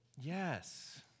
yes